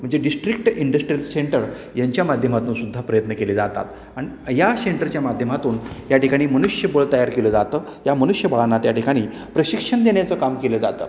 म्हणजे district industrial centre यांच्या माध्यमातूनसुद्धा प्रयत्न केले जातात अन या शेंटरच्या माध्यमातून या ठिकाणी मनुष्यबळ तयार केलं जातं या मनुष्यबळांना त्याठिकाणी प्रशिक्षण देण्याचं काम केलं जातं